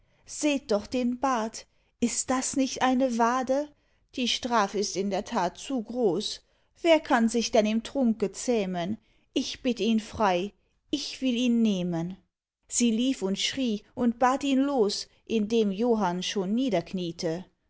seht doch den bart ist das nicht eine wade die straf ist in der tat zu groß wer kann sich denn im trunke zähmen ich bitt ihn frei ich will ihn nehmen sie lief und schrie und bat ihn los indem johann schon niederkniete